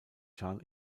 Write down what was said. chan